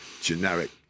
generic